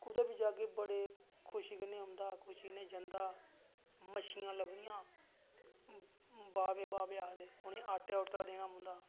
कुदै बी जाह्गे बड़े खुशी कन्नै औंदा बड़ी खुशी कन्नै जंदा मच्छियां लभदियां बावे बावे आखदे उ'नेंगी आटा देना पौंदा